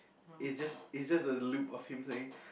is just is just a loop of him saying